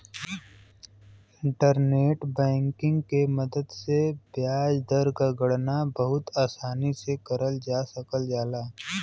internet banking के मदद से ब्याज दर क गणना बहुत आसानी से करल जा सकल जाला